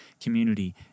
community